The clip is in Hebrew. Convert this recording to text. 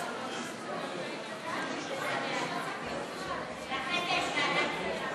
להעביר לוועדה את הצעת חוק-יסוד: